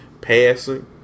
passing